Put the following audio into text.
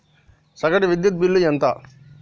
సగటు విద్యుత్ బిల్లు ఎంత?